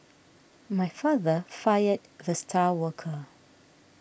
my father fired the star worker